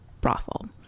Brothel